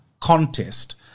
contest